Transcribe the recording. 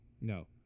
No